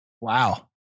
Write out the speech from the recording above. Wow